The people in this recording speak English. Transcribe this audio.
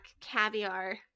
caviar